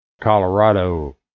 Colorado